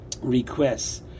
requests